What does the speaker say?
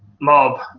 mob